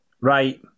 Right